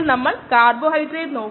നമ്മൾ സബ്സ്റ്റിട്യൂട് ചെയുകയാണെകിൽ 40